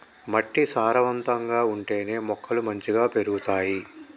మట్టి సారవంతంగా ఉంటేనే మొక్కలు మంచిగ పెరుగుతాయి